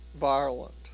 violent